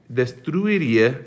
destruiria